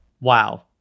Wow